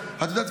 אז את יודעת,